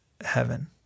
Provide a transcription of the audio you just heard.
heaven